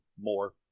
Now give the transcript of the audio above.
more